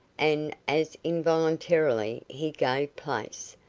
and as involuntarily he gave place,